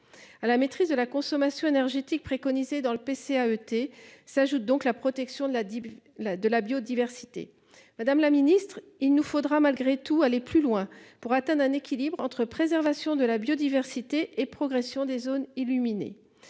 à la maîtrise de la consommation énergétique préconisé dans le PC a été s'ajoute donc la protection de la digue là de la biodiversité, madame la Ministre, il nous faudra malgré tout aller plus loin pour atteindre un équilibre entre préservation de la biodiversité et progression des zones illuminé.